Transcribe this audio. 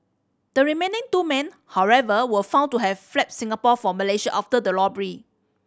the remaining two men however were found to have fled Singapore for Malaysia after the robbery